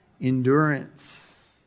Endurance